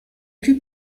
plus